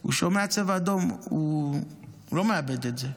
ששומע צבע אדום לא מאבד את זה.